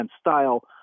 style